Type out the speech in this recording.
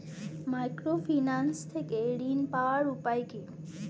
Microfinance থেকে ঋণ পাওয়ার উপায় কি?